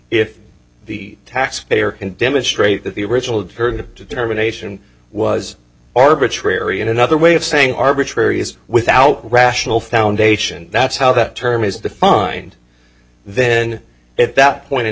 if the taxpayer can demonstrate that the original deterred determination was arbitrary in another way of saying arbitrary is without rational foundation that's how that term is defined then at that point in